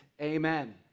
Amen